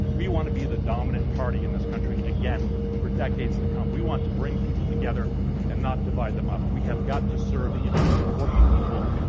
we want to be the dominant party in this country again for decades to to come. we want to bring people together and not divide them up. we have got to serve the interests of working people,